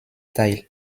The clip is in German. teil